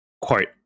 Quote